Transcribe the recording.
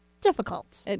difficult